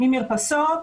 ממרפסות,